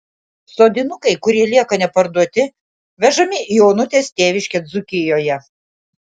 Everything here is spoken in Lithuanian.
sodinukai kurie lieka neparduoti vežami į onutės tėviškę dzūkijoje